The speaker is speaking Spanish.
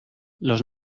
los